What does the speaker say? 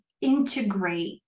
integrate